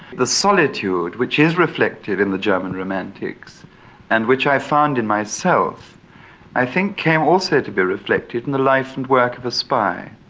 the solitude which is reflected in the german romantics and which i found in myself i think came also to be reflected in the life and work of a spy.